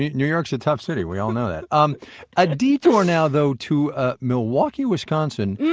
new york's a tough city, we all know that. um a detour now though to ah milwaukee, wisconsin,